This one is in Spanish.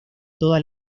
todas